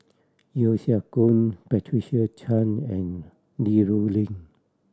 Yeo Siak Goon Patricia Chan and Li Rulin